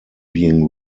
being